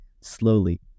Slowly